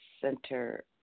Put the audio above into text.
Center